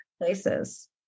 places